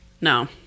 No